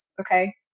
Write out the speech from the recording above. okay